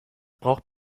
braucht